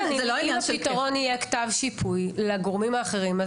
אם הפתרון יהיה כתב שיפוי לגורמים האחרים,